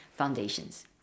foundations